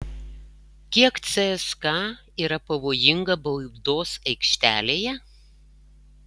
kiek cska yra pavojinga baudos aikštelėje